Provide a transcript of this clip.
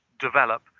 develop